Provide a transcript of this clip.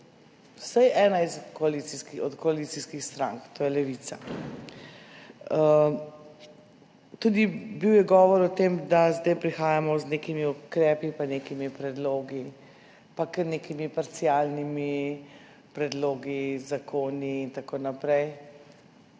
vsaj ena od koalicijskih strank, to je Levica. Bilo je govora tudi o tem, da zdaj prihajamo z nekimi ukrepi in nekimi predlogi, s kar nekimi parcialnimi predlogi, zakoni in tako naprej.